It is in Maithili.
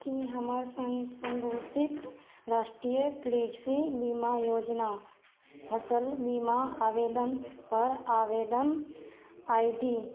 की हमर सं संशोधित राष्ट्रीय कृषि बीमा योजना फसल बीमा आवेदन पर आवेदन आइ डी